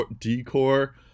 decor